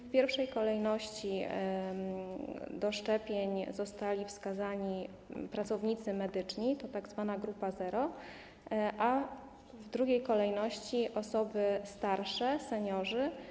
W pierwszej kolejności do szczepień zostali wskazani pracownicy medyczni, to tzw. grupa zero, a w drugiej kolejności wskazano osoby starsze, seniorów.